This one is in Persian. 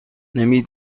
نمی